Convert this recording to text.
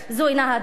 זו אינה הדרך.